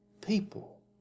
people